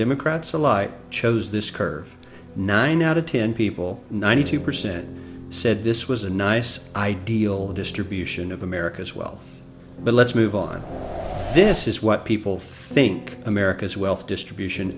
democrats alike chose this curve nine out of ten people ninety two percent said this was a nice ideal distribution of america's wealth but let's move on this is what people think america's wealth distribution